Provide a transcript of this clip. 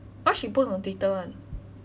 what she post on twitter [one]